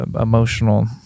emotional